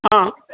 हँ